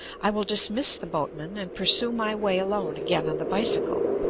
i will dismiss the boatmen and pursue my way alone again on the bicycle.